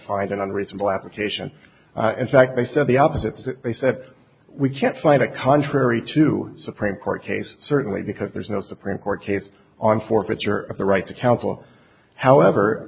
find an unreasonable application in fact they said the opposite they said we can't find a contrary to supreme court case certainly because there's no supreme court case on forfeiture of the right to counsel however